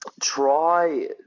try